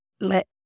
let